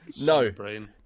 No